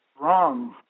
wrong